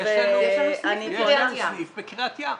--- יש גם סניף בקריית ים.